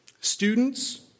Students